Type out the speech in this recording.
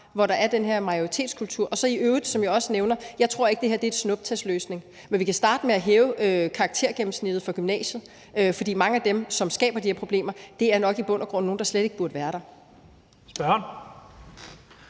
hvor der er den her majoritetskultur. I øvrigt tror jeg ikke, som jeg også har nævnt, at det her er en snuptagsløsning. Men vi kan starte med at hæve karaktergennemsnittet i gymnasiet, for mange af dem, som skaber de her problemer, er nok i bund og grund nogle, der slet ikke burde være der. Kl.